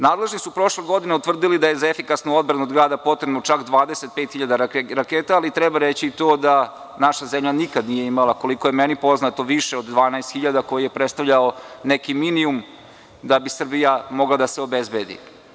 Nadležni su prošle godine utvrdili da je za efikasnu odbranu od grada potrebno čak 25 hiljada raketa, ali treba reći i to da naša zemlja nikad nije imala, koliko je meni poznato više od 12 hiljada koji je predstavljao neki minimum da bi Srbija mogla da se obezbedi.